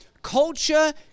Culture